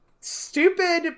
stupid